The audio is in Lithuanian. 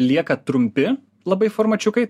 lieka trumpi labai formačiukai